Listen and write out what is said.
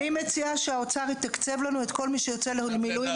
אני מציעה שהאוצר יתקצב לנו כל מי שיוצא למילואים